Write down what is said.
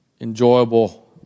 enjoyable